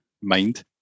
mind